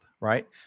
right